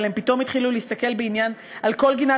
אבל הם פתאום התחילו להסתכל בעניין על כל גינת